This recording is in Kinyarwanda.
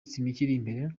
imbere